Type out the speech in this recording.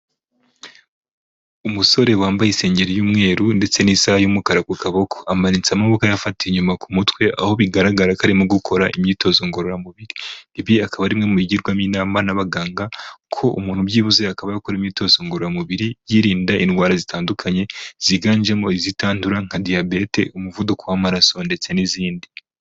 Umusore wambaye insengeri y'umweru ndetse n'isaha y'umukara ku kaboko, amanitse amaboko yafashe inyuma ku mutwe aho bigaragara ko arimo gukora imyitozo ngororamubiri, ibi akaba ari bimwe mu bigirwamo inama n'abaganga kuko umuntu byibuze akaba yakora imyitozo ngororamubiri yirinda indwara zitandukanye, ziganjemo izitandura nka diyabete, umuvuduko w'amaraso ndetse n'izindi.